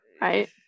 Right